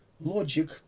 logic